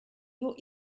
your